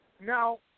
now